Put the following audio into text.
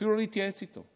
אפילו לא להתייעץ איתו.